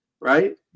Right